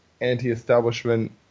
anti-establishment